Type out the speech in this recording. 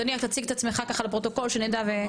אדוני תציג את עצמך ככה לפרוטוקול שנדע.